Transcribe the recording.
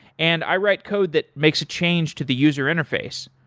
and i write code that makes a change to the user interface,